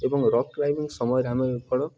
ଏବଂ rock climbing ସମୟରେ ଆମେ ବଳ